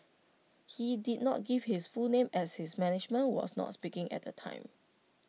he did not give his full name as his management was not speaking at the time